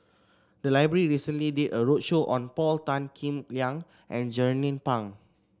the library recently did a roadshow on Paul Tan Kim Liang and Jernnine Pang